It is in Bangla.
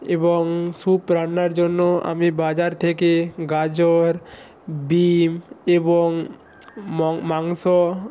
এবং স্যুপ রান্নার জন্য আমি বাজার থেকে গাজর বিন এবং ম মাংস